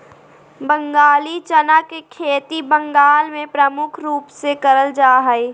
बंगाली चना के खेती बंगाल मे प्रमुख रूप से करल जा हय